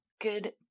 Good